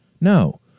No